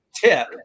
tip